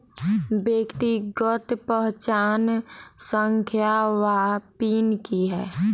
व्यक्तिगत पहचान संख्या वा पिन की है?